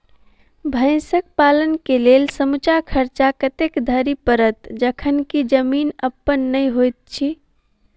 भैंसक पालन केँ लेल समूचा खर्चा कतेक धरि पड़त? जखन की जमीन अप्पन नै होइत छी